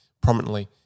prominently